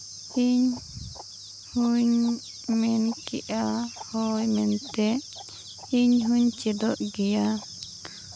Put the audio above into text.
ᱤᱧ ᱦᱚᱸᱧ ᱢᱮᱱ ᱠᱮᱜᱼᱟ ᱦᱮᱸ ᱮᱱᱛᱮᱫ ᱤᱧ ᱦᱚᱸᱧ ᱪᱮᱫᱚᱜ ᱜᱮᱭᱟ